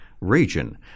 region